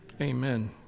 amen